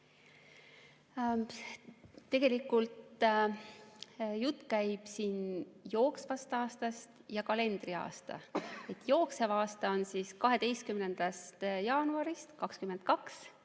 Tegelikult käib siin jutt jooksvast aastast ja kalendriaastast. Jooksev aasta on 12. jaanuarist 2022